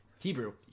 Hebrew